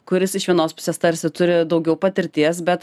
kuris iš vienos pusės tarsi turi daugiau patirties bet